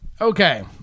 Okay